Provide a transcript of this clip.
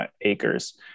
acres